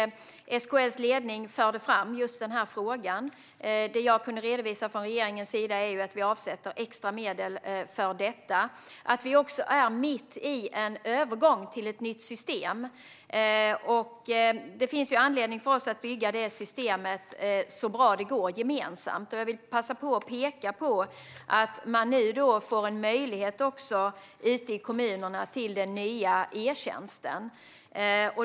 SKL:s ledning förde fram just denna fråga. Det jag kunde redovisa från regeringens sida är att vi avsätter extra medel för detta. Vi är också mitt i en övergång till ett nytt system, och det finns anledning för oss att bygga detta system så bra det går gemensamt. Jag vill passa på att peka på att man nu får en möjlighet ute i kommunerna att få tillgång till den nya e-tjänsten.